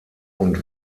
und